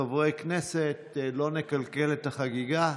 חברי כנסת, לא נקלקל את החגיגה.